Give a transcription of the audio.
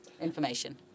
information